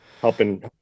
Helping